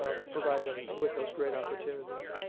ah we provide them with those great opportunities.